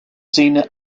sinne